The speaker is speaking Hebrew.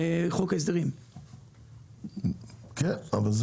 מה זה קשור לאגף התקציבים?